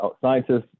Scientists